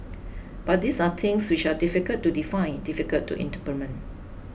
but these are things which are difficult to define difficult to implement